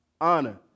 honor